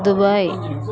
Dubai